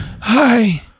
hi